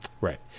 Right